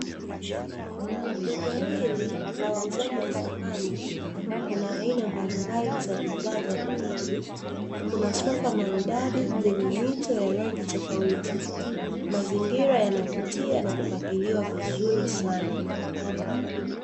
Duka hili la wauzaji wa samani, kuna aina mbalimbali za bidhaa za nyumbani, kuna sofa maridadi zenye mito ya rangi tofauti, mazingira yanavutia na kupangiliwa vizuri sana.